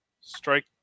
strike